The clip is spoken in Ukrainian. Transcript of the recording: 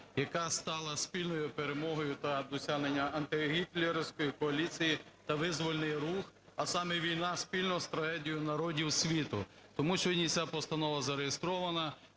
яка стала спільною перемогою та досягненням антигітлерівської коаліції та визвольний рух, а саме війна спільно з трагедією народів світу. Тому сьогодні ця постанова зареєстрована.